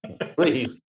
Please